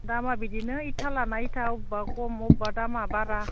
दामआ बिदिनो इथा लाना इथा बबेबा कम बबेबा दामआ बारा